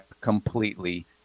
completely